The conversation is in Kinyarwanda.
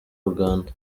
uganda